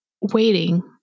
waiting